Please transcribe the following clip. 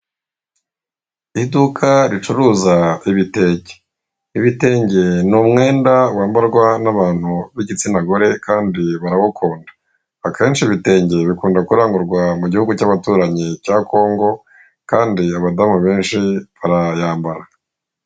Iduka ricuruza ibitenge, ibitenge ni umwenda wambarwa n'abantu n'igitsina gore kandi barawukunda. Akenshi ibitenge bikunzwe kurangurwa mu gihugu cy'abaturanyi cya kongo, kandi abadamu benshi barayambara